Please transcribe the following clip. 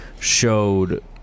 showed